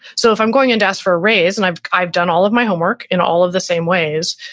so if i'm going in to ask for a raise and i've i've done all of my homework in all of the same ways,